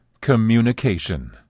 Communication